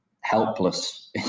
helpless